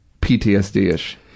PTSD-ish